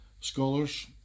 scholars